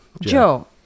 joe